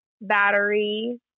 battery